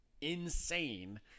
insane